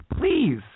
Please